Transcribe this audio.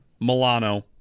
Milano